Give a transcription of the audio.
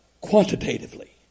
quantitatively